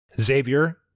xavier